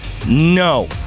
No